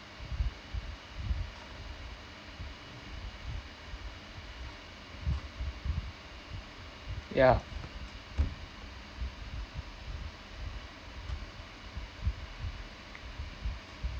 yeah